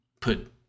Put